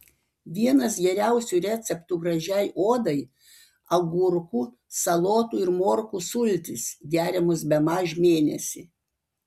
vienas geriausių receptų gražiai odai agurkų salotų ir morkų sultys geriamos bemaž mėnesį